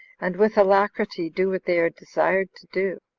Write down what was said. and with alacrity do what they are desired to do.